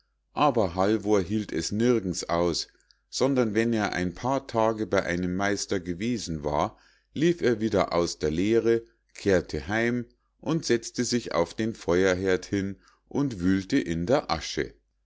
aber halvor hielt es nirgends aus sondern wenn er ein paar tage bei einem meister gewesen war lief er wieder aus der lehre kehrte heim und setzte sich auf den feuerherd hin und wühlte in der asche